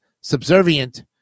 subservient